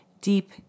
deep